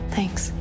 Thanks